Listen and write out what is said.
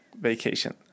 vacation